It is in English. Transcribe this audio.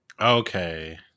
Okay